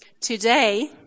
today